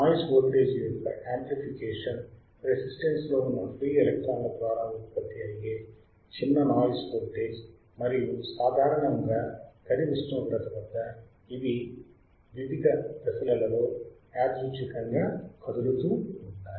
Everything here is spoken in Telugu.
నాయిస్ వోల్టేజ్ యొక్క యమ్ప్లిఫికేషన్ రెసిస్టన్స్ లో ఉన్న ఫ్రీ ఎలక్ట్రాన్ల ద్వారా ఉత్పత్తి అయ్యే చిన్న నాయిస్ వోల్టేజ్ మరియు సాధారణముగా గది ఉష్ణోగ్రత వద్ద ఇవి వివిధ దిశలలో యాదృచ్చికంగా కదులుతూ ఉంటాయి